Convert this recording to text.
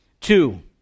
Two